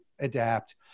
adapt